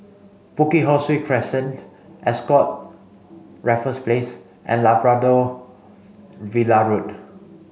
Bukit Ho Swee Crescent Ascott Raffles Place and Labrador Villa Road